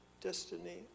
destiny